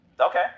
okay